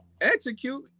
execute